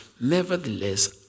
Nevertheless